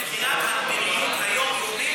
מבחינת המדיניות היום זו